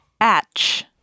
Atch